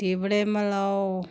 टिबड़े मलाओ